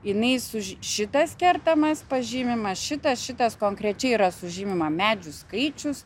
jinai su šitas kertamas pažymimas šitas šitas konkrečiai yra sužymima medžių skaičius